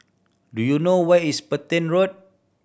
do you know where is Petain Road